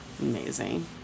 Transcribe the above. Amazing